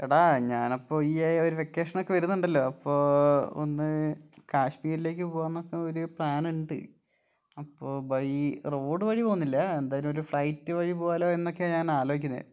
എടാ ഞാനപ്പോൾ ഈ ഒര് വെക്കേഷനൊക്കെ വരുന്നുണ്ടല്ലൊ അപ്പോൾ ഒന്ന് കാശ്മീരിലേക്ക് പോകാന്നൊക്കെ ഒരു പ്ലാൻ ഉണ്ട് അപ്പോൾ ബൈ റോഡ് വഴി പോകുന്നില്ല എന്തായാലും ഒരു ഫ്ലൈറ്റ് വഴി പോകാമല്ലോ എന്നൊക്കെ ആണ് ഞാൻ ആലോചിക്കുന്നത്